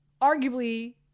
arguably